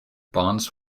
barnes